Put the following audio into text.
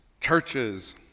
Churches